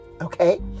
Okay